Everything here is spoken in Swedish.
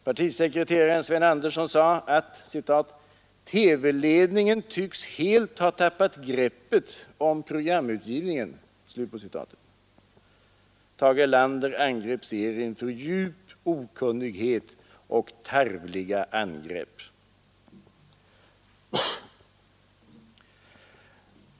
Partisekreterare Sten Andersson sade att ”TV-ledningen tycks helt ha tappat greppet om programutgivningen”, Tage Erlander angrep serien för djup okunnighet och tarvliga angrepp.